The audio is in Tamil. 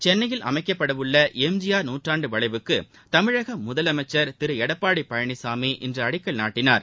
சென்னையில் அமைக்கப்படவுள்ள எம்ஜிஆர் நூற்றாண்டு வளைவுக்கு தமிழக முதலமைச்சர் திரு எடப்பாடி பழனிசாமி இன்று அடிக்கல் நாட்டினார்